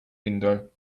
window